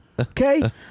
Okay